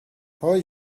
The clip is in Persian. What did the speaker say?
هوووی